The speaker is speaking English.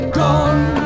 gone